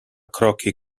kroki